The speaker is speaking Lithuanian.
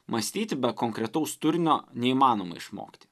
mąstyti be konkretaus turinio neįmanoma išmokti